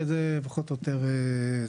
זה פחות או יותר.